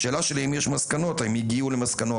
האם הגיעו למסקנות?